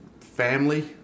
family